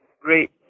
great